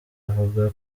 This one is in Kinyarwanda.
avuga